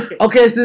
okay